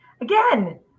Again